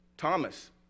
Thomas